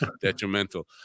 detrimental